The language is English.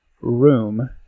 room